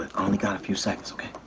only got a few seconds, okay?